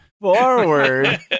Forward